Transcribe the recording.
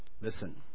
Listen